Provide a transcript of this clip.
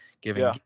giving